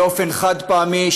באופן חד-פעמי,